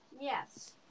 Yes